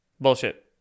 Bullshit